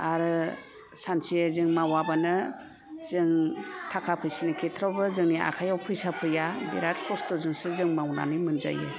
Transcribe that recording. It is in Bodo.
आरो सानसे जों मावाबानो जों थाखा फैसानि खेथ्र'आवबो जोंनि आखायावबो फैसा फैया बिराद खस्थ'जोंसो जों मावनानै मोनजायो